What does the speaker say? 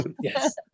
yes